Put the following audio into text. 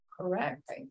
Correct